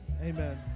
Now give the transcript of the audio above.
Amen